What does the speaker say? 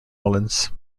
orleans